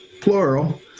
plural